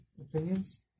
opinions